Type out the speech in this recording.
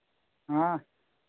हाँ